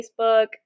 Facebook